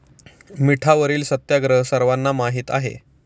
मिठावरील सत्याग्रह सर्वांना माहीत आहे